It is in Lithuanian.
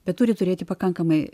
bet turi turėti pakankamai